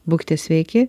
būkite sveiki